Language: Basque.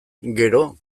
gero